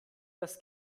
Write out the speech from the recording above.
das